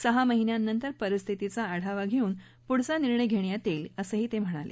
सहा महिन्यांनंतर परिस्थितीचा आढावा घेऊन पुढचा निर्णय घेण्यात येईल असंही ते म्हणाले